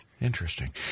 Interesting